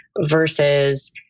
Versus